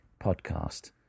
podcast